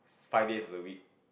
five days of the week